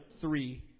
three